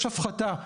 יש הפחתה.